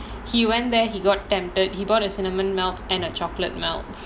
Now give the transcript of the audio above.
he went there he got tempted he bought a cinnamon melts and a chocolate melts